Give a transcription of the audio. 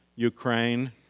Ukraine